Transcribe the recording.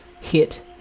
hit